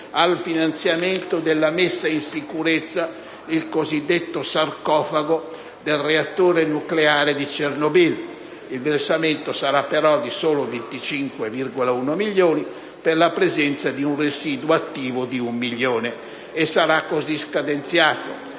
al finanziamento della messa in sicurezza (il cosiddetto sarcofago) del reattore nucleare di Chernobyl. Il versamento sarà però solo di 25,1 milioni, per la presenza di un residuo attivo di 1 milione, e sarà così scadenzato: